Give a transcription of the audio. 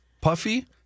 Puffy